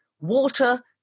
water